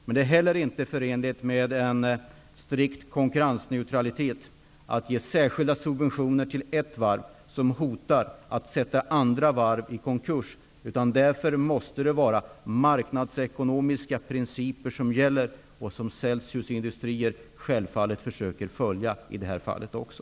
Men det är inte heller förenligt med en strikt konkurrensneutralitet att ge särskilda subventioner till ett varv som hotar att sätta andra varv i konkurs. Därför måste det vara marknadsekonomiska principer som gäller och som Celsius industrier självfallet försöker följa även i detta fall.